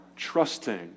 trusting